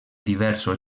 diversos